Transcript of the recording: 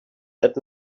that